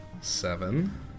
seven